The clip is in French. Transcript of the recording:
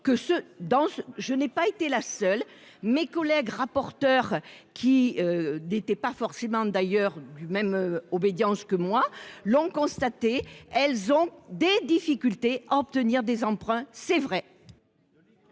Je n'ai pas été la seule mes collègues rapporteurs qui n'étaient pas forcément d'ailleurs du même obédience que moi l'ont constaté, elles ont des difficultés à obtenir des emprunts, c'est vrai.